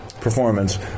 performance